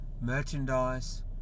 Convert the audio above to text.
merchandise